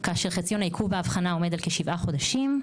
כאשר חציון העיכוב באבחנה עומד על כ-7 חודשים.